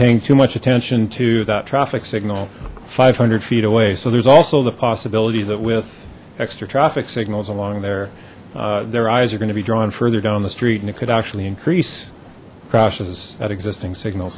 paying too much attention that traffic signal five hundred feet away so there's also the possibility that with extra traffic signals along there their eyes are going to be drawn further down the street and it could actually increase crashes at existing signals